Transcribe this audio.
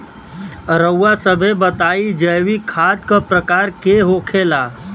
रउआ सभे बताई जैविक खाद क प्रकार के होखेला?